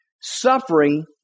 suffering